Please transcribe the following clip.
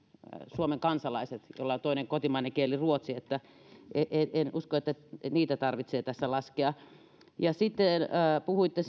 suomen kansalaiset joilla on toinen kotimainen kieli ruotsi en usko että niitä tarvitsee tässä laskea sitten puhuitte